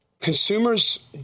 Consumers